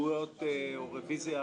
הסתייגויות או רביזיה